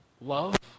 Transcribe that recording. love